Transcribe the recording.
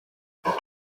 nubwo